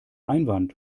einwand